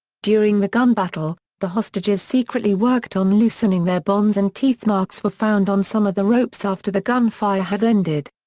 during the gun battle, the hostages secretly worked on loosening their bonds and teethmarks were found on some of the ropes after the gunfire had ended.